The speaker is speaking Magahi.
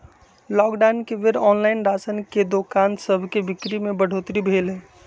लॉकडाउन के बेर ऑनलाइन राशन के दोकान सभके बिक्री में बढ़ोतरी भेल हइ